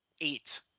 eight